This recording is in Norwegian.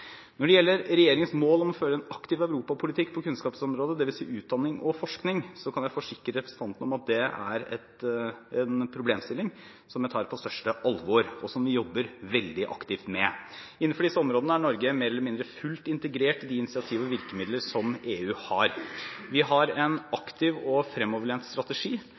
Når det gjelder regjeringens mål om å føre en aktiv europapolitikk på kunnskapsområdet, dvs. utdanning og forskning, kan jeg forsikre representanten om at det er en problemstilling som jeg tar på største alvor, og som vi jobber veldig aktivt med. Innenfor disse områdene er Norge mer eller mindre fullt integrert i de initiativ og virkemidler som EU har. Vi har en aktiv og fremoverlent strategi